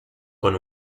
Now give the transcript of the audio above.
con